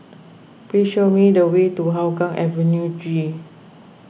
please show me the way to Hougang Avenue G